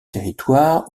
territoire